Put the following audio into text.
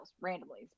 randomly